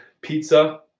pizza